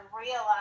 realize